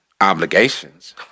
obligations